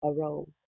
arose